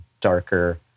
darker